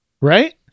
Right